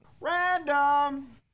Random